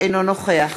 אינו נוכח